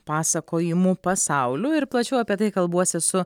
pasakojimų pasauliu ir plačiau apie tai kalbuosi su